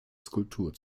skulptur